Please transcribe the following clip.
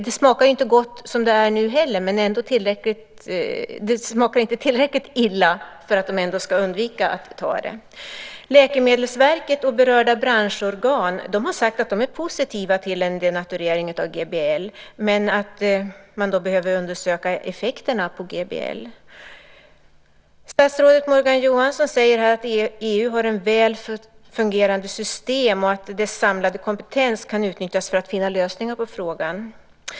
Det smakar ju inte gott som det är nu heller, men det smakar inte tillräckligt illa för att det ska undvikas. Läkemedelsverket och berörda branschorgan har sagt att de är positiva till en denaturering av GBL men att de behöver undersöka effekterna på GBL. Statsrådet Morgan Johansson säger här att EU har ett väl fungerande system och att dess samlade kompetens kan utnyttjas för att finna lösningar på frågan.